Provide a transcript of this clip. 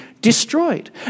destroyed